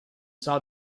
saw